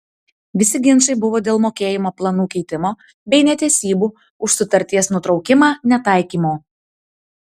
visi ginčai buvo dėl mokėjimo planų keitimo bei netesybų už sutarties nutraukimą netaikymo